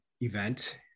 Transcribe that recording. event